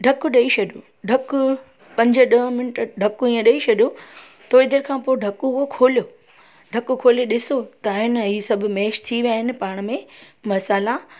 ढक ॾेई छॾो ढक पंज ॾह मिंट ढक इअं ॾेई छॾियो थोरी देरि खां पोइ ढक उहो खोलियो ढक खोले ॾिसो त आहे न ई सभु मैश थी विया आहिनि पाण में मसाला